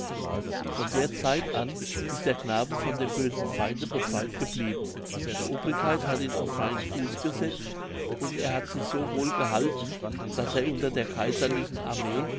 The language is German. von der zeit an ist der knabe von dem bösen feinde befreiet geblieben die obrigkeit hat ihn auf freien fuß gesetzt und er hat sich so wohl gehalten daß er unter der kaiserlichen armee